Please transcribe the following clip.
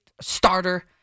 starter